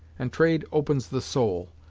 and trade opens the soul.